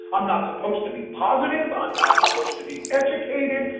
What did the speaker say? i'm not supposed to be positive. i'm not supposed to be educated.